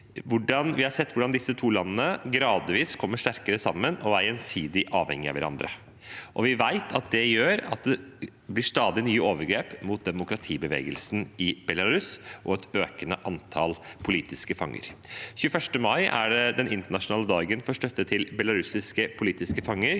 Vi har sett hvordan disse to landene gradvis kommer sterkere sammen og er gjensidig avhengig av hverandre, og vi vet at det gjør at det blir stadig nye overgrep mot demokratibevegelsen i Belarus, og at det blir et økende antall politiske fanger. 21. mai er den internasjonale dagen for støtte til belarusiske politiske fanger.